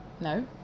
no